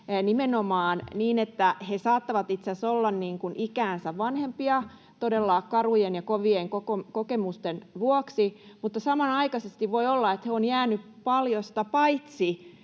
nimenomaan niin, että he saattavat itse asiassa olla niin kuin ikäänsä vanhempia todella karujen ja kovien kokemusten vuoksi, mutta samanaikaisesti voi olla, että he ovat jääneet paljosta paitsi